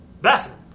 bathroom